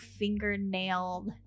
fingernailed